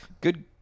good